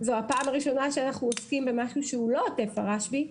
זו הפעם הראשונה שאנחנו עוסקים במשהו שהוא לא עוטף הרשב"י,